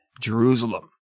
Jerusalem